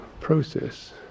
process